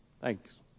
Thanks